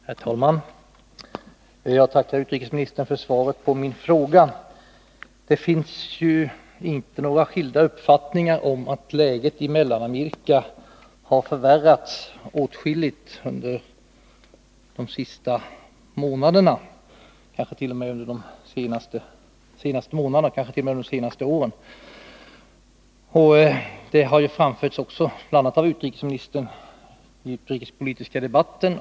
Herr talman! Jag tackar utrikesministern för svaret på min fråga. Det finns inte några skilda uppfattningar om att läget i Mellanamerika har förvärrats åtskilligt under de senaste månaderna, kanske t.o.m. de senaste åren. Bl. a. utrikesministern har också framhållit detta i den utrikespolitiska debatten.